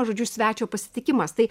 žodžiu svečio pasitikimas tai